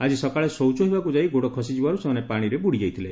ଆଜି ସକାଳେ ଶୌଚ ହେବାକୁ ଯାଇ ଗୋଡ ଖସିଯିବାରୁ ସେମାନେ ପାଣିରେ ବୁଡିଯାଇଥିଲେ